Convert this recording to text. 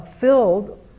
filled